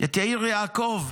את יאיר יעקב,